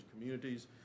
communities